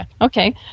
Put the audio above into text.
Okay